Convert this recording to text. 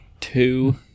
two